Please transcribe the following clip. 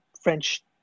French